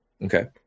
Okay